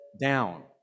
down